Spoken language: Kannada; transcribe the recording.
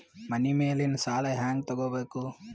ಮನಿ ಮೇಲಿನ ಸಾಲ ಹ್ಯಾಂಗ್ ತಗೋಬೇಕು?